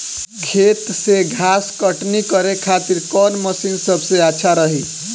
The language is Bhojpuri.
खेत से घास कटनी करे खातिर कौन मशीन सबसे अच्छा रही?